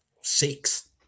six